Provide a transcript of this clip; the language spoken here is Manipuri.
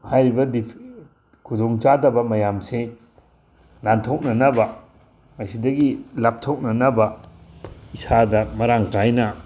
ꯍꯥꯏꯔꯤꯕ ꯈꯨꯗꯣꯡ ꯆꯥꯗꯕ ꯃꯌꯥꯝꯁꯤ ꯅꯥꯟꯊꯣꯛꯅꯅꯕ ꯃꯁꯤꯗꯒꯤ ꯂꯥꯞꯊꯣꯛꯅꯅꯕ ꯏꯁꯥꯗ ꯃꯔꯥꯡ ꯀꯥꯏꯅ